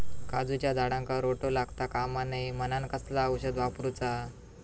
काजूच्या झाडांका रोटो लागता कमा नये म्हनान कसला औषध वापरूचा?